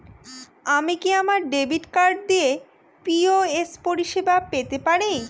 আমি কি আমার ডেবিট কার্ড দিয়ে পি.ও.এস পরিষেবা পেতে পারি?